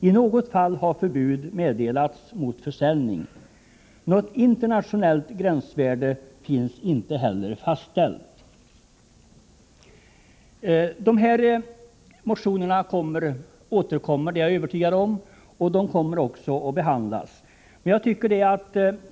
I något fall har förbud mot försäljning meddelats. Något internationellt gränsvärde finns inte heller fastställt. Jag är övertygad om att de här motionerna återkommer, och de kommer också att behandlas av riksdagen.